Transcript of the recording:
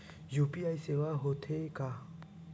UPI सेवाएं हो थे का?